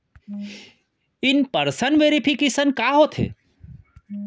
In person verification का होथे?